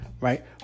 right